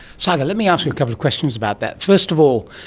saga, let me ask you a couple of questions about that. first of all,